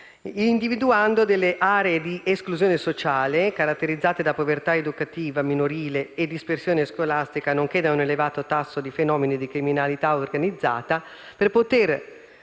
giustizia, aree di esclusione sociale, caratterizzate da povertà educativa minorile e dispersione scolastica, nonché da un elevato tasso di fenomeni di criminalità organizzata, per poter